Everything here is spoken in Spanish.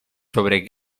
sobre